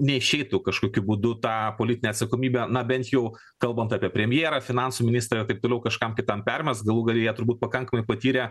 neišeitų kažkokiu būdu tą politinę atsakomybę na bent jau kalbant apie premjerą finansų ministrę ir taip toliau kažkam kitam permest galų gale jie turbūt pakankamai patyrę